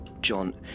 John